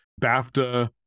BAFTA